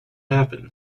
happen